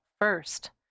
first